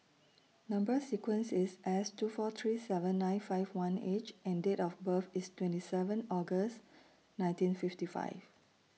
Number sequence IS S two four three seven nine five one H and Date of birth IS twenty seven August nineteen fifty five